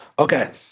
Okay